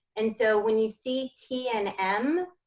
and so when you see t and m,